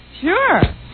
Sure